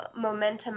momentum